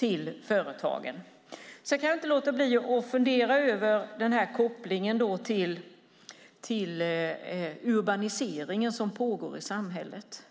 till företagen? Jag kan inte låta bli att fundera över kopplingen till den urbanisering som pågår i samhället.